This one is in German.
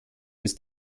ist